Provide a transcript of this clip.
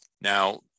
Now